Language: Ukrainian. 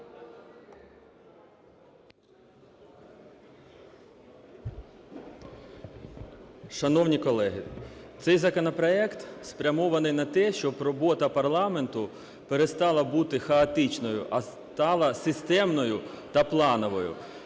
Шановні колеги, цей законопроект спрямований на те, щоб робота парламенту перестала бути хаотичною, а стала системною та плановою.